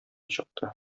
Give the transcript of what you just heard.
чыкты